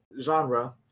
genre